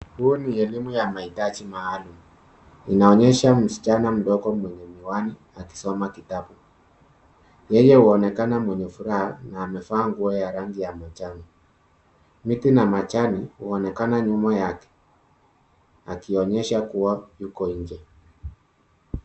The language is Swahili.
Huu ni elimu ya mahitaji maalum. Inaonyesha msichana mdogo mwenye miwani akisoma kitabu. Yeye huonekana mwenye furaha, na anaonekana amevaa nguo ya rangi ya manjano. Miti na majani huonekana nyuma yake, yakionyesha kuwa yuko nje.